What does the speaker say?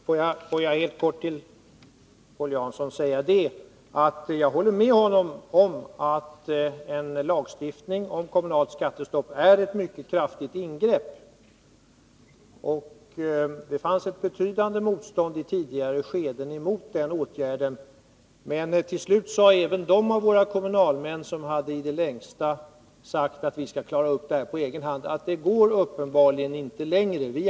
Herr talman! Låt mig helt kort till Paul Jansson säga att jag håller med honom om att en lagstiftning om kommunalt skattestopp är ett mycket kraftigt ingrepp. Det fanns i tidigare skeden ett betydande motstånd mot en sådan åtgärd, men till sist sade även de av våra kommunalmän som i det längsta sagt att kommunerna på egen hand skulle klara upp det här, att det uppenbarligen inte längre gick.